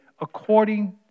according